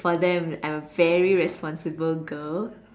for them I'm a very responsible girl